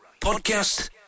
Podcast